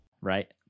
Right